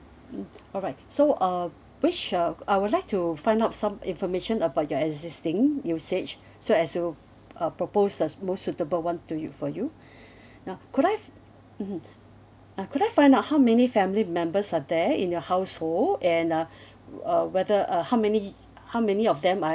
alright so uh which uh I would like to find out some information about your existing usage so as to uh propose the s~ most suitable one to you for you now could I've mmhmm uh could I find out how many family members are there in your household and uh uh whether uh how many how many of them are